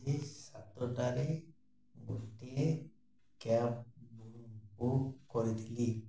ଆଜି ସାତଟାରେ ଗୋଟିଏ କ୍ୟାବ୍ ବୁକ୍ କରିଥିଲି